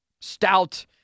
stout